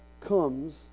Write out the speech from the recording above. comes